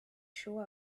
show